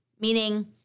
meaning